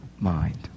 mind